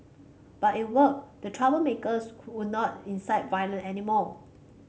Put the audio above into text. but it worked the troublemakers could not incite violence anymore